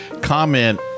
comment